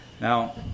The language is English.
Now